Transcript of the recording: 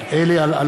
אלקין,